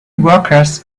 workers